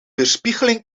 weerspiegeling